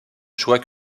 choix